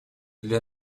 для